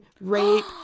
rape